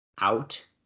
out